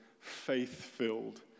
faith-filled